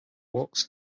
walks